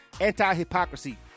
anti-hypocrisy